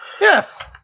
Yes